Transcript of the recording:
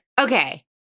okay